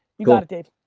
you got it, dave.